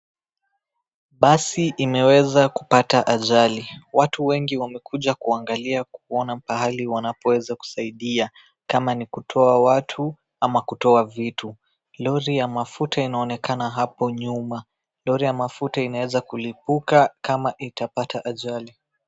Basi imeweza kupata ajali. Watu wengi wamekuja kuangalia kuona pahali wanapoweza kusaidia kama ni kutoa watu ama kutoa vitu. Lori ya mafuta inaonekana hapo nyuma. Lori ya mafuta inaweza kulipuka kama itapata ajali.